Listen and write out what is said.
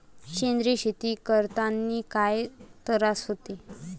सेंद्रिय शेती करतांनी काय तरास होते?